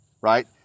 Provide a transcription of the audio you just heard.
right